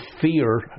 fear